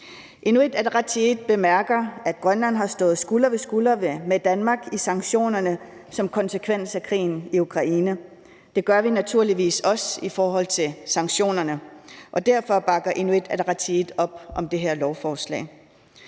Inuit Ataqatigiit bemærker, at Grønland har stået skulder ved skulder med Danmark i sanktionerne som konsekvens af krigen i Ukraine. Det gør vi naturligvis også i forhold til sanktionerne. Derfor bakker Inuit Ataqatigiit op om det her lovforslag.